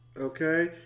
okay